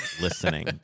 listening